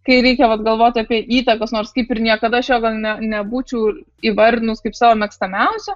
kai reikia vat galvot apie įtakas nors kaip ir niekada aš jo gal ne ne nebūčiau įvardinus kaip savo mėgstamiausio